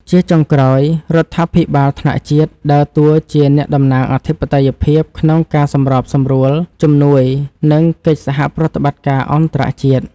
ជាចុងក្រោយ រដ្ឋាភិបាលថ្នាក់ជាតិដើរតួជាអ្នកតំណាងអធិបតេយ្យភាពក្នុងការសម្របសម្រួលជំនួយ និងកិច្ចសហប្រតិបត្តិការអន្តរជាតិ។